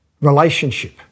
relationship